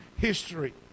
history